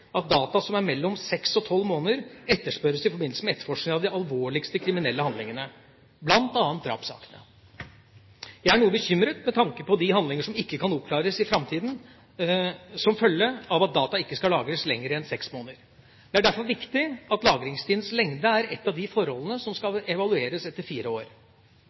at data som er mellom seks og tolv måneder, etterspørres i forbindelse med etterforskning av de alvorligste kriminelle handlingene, bl.a. drapssakene. Jeg er noe bekymret med tanke på de handlinger som ikke kan oppklares i framtida som følge av at data ikke skal lagres lenger enn seks måneder. Det er derfor viktig at lagringstidens lengde er et av de forholdene som skal evalueres etter fire år.